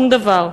שום דבר.